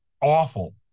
awful